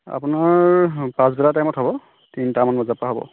আপোনাৰ পাছবেলা টাইমত হ'ব তিনিটামান বজাৰ পৰা হ'ব